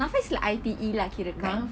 NAFA is like I_T_E lah kirakan